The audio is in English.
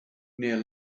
near